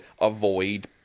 avoid